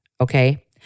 Okay